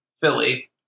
Philly